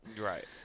Right